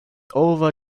over